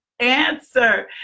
answer